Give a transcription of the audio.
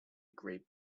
grape